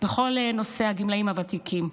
בכל נושא הגמלאים הוותיקים,